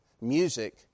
music